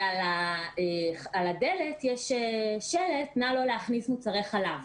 על הדלת יש שלט: נא לא להכניס מוצרי חלב.